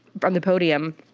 from the podium.